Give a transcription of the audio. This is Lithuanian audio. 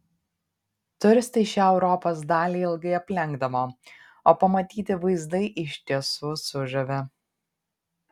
turistai šią europos dalį ilgai aplenkdavo o pamatyti vaizdai iš tiesų sužavi